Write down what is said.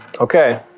Okay